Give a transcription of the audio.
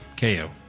KO